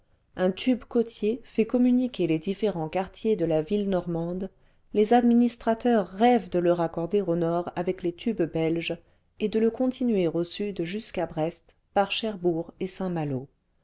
un tube côtier fait communiquer les différents quartiers de la ville normande les administrateurs rêvent de le raccorder au nord avec les tubes belges et de le continuer au sud jusqu'à brest par cherbourg et saint-malo